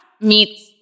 meets